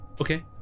okay